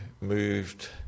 Moved